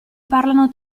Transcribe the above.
parlano